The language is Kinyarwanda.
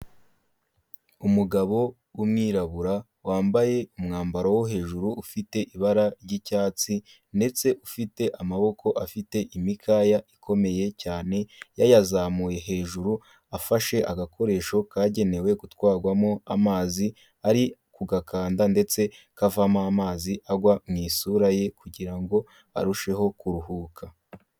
Umugabo w'umwirabura wambaye umwambaro wo hejuru ufite ibara ry'icyatsi ndetse ufite amaboko afite imikaya ikomeye cyane yayazamuye hejuru, afashe agakoresho kagenewe gutwarwamo amazi ari kugakanda ndetse kavamo amazi agwa mu isura ye kugira ngo arusheho kuruhuka.